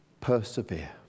persevere